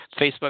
Facebook